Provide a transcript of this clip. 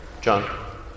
John